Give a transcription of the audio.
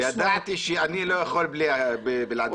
ידעתי שאני לא יכול בלעדייך, יוכי.